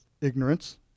ignorance